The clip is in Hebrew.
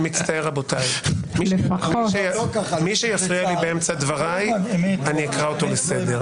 מי שיפריע לי באמצע בדבריי, אקרא אותו לסדר.